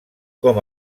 com